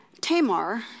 Tamar